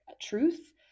truth